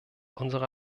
unsere